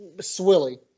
Swilly